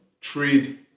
trade